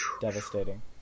devastating